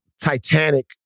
titanic